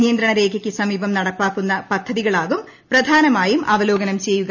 നിയന്ത്രണ രേഖയ്ക്ക് സമീപം നടപ്പാക്കുന്ന പദ്ധതികളാകും പ്രധാനമായും അവലോകനം ചെയ്യുക